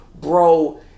Bro